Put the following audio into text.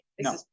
No